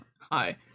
Hi